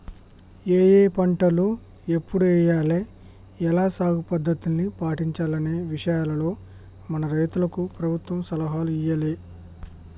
ఏఏ పంటలు ఎప్పుడు ఎయ్యాల, ఎలా సాగు పద్ధతుల్ని పాటించాలనే విషయాల్లో మన రైతులకు ప్రభుత్వం సలహాలు ఇయ్యాలే